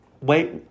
Wait